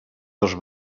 dels